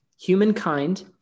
humankind